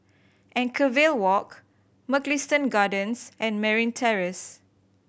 Anchorvale Walk Mugliston Gardens and Merryn Terrace